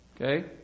Okay